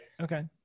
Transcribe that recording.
Okay